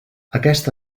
aquest